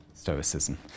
Stoicism